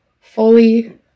fully